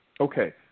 Okay